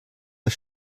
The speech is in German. das